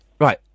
Right